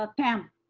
ah pam.